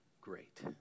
great